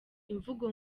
imvugo